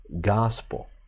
gospel